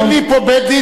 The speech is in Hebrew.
אין לי פה בית-דין,